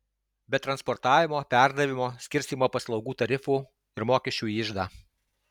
be transportavimo perdavimo skirstymo paslaugų tarifų ir mokesčių į iždą